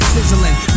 Sizzling